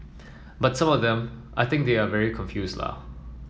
but some of them I think they are very confuse la